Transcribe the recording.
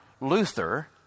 Luther